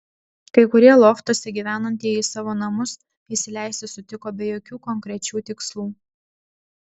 kai kurie loftuose gyvenantieji į savo namus įsileisti sutiko be jokių konkrečių tikslų